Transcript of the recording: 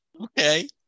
okay